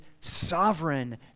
sovereign